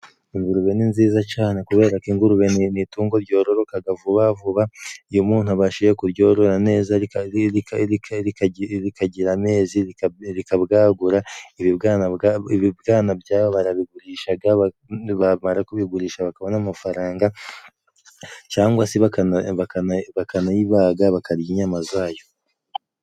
Ingurube ni nziza cane kubera ko ingurube ni itungo ryororokaga vuba vuba, iyo umuntu abashije kuryorora neza rikagira amezi, rikabwagura ibibwana, ibibwana byayo barabigurishaga, bamara kubigurisha bakabona amafaranga cangwa se bakanayibaga bakarya inyama zayo.